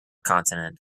continent